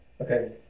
Okay